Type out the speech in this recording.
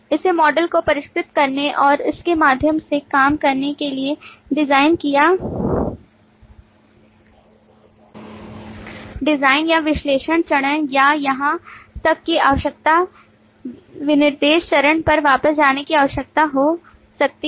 हमें मॉडल को परिष्कृत करने और उस के माध्यम से काम करने के लिए डिजाइन या विश्लेषण चरण या यहां तक कि आवश्यकता विनिर्देश चरण पर वापस जाने की आवश्यकता हो सकती है